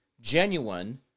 genuine